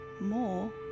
more